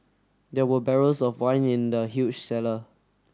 there were barrels of wine in the huge cellar